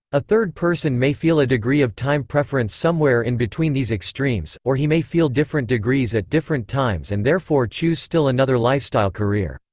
a third person may feel a degree of time preference somewhere in between these extremes, or he may feel different degrees at different times and therefore choose still another lifestyle-career.